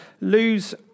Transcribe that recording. lose